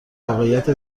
واقعیت